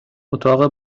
اتاق